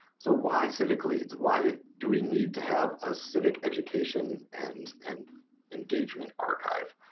so why civicleads? why do we need to have a civic education and and engagement archive?